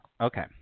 Okay